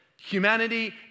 humanity